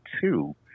two